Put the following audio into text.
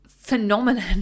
phenomenon